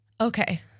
Okay